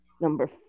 number